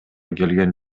келген